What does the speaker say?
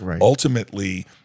ultimately